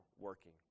working